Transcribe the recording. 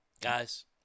guys